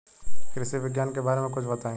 कृषि विज्ञान के बारे में कुछ बताई